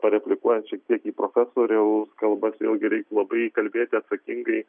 pareplikuojant šiek tiek į profesoriaus kalbas jau labai kalbėti atsakingai